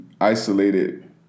isolated